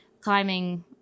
climbing